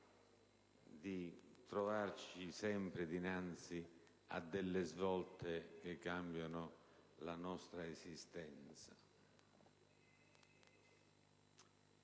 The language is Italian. di trovarci sempre dinanzi a delle svolte che cambiano la nostra esistenza.